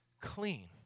clean